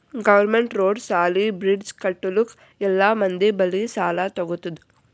government road, ಸಾಲಿ, bridge ಕಟ್ಟಲುಕ್ ಎಲ್ಲಾ ಮಂದಿ ಬಲ್ಲಿ ಸಾಲಾ ತಗೊತ್ತುದ್